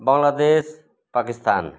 Bangladesh Pakistan